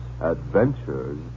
adventures